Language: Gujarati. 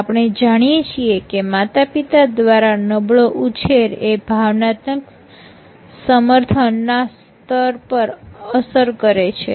આપણે જાણીએ છીએ કે માતાપિતા દ્વારા નબળો ઉછેર એ ભાવનાત્મક સમર્થન ના સ્તર પર અસર કરે છે